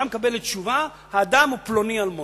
מקבלת תשובה שהאדם הוא פלוני אלמוני.